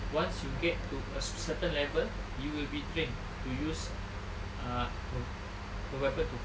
once you get to a certain level you will be trained to use uh a weapon to fight